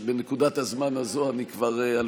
בנקודת הזמן הזאת אני כבר לא יכול,